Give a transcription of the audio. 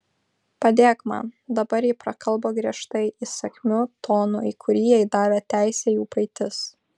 padėk man dabar ji prakalbo griežtai įsakmiu tonu į kurį jai davė teisę jų praeitis